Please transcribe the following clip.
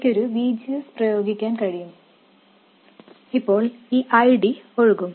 എനിക്ക് ഒരു V G S പ്രയോഗിക്കാൻ കഴിയും അപ്പോൾ ഈ I D ഒഴുകും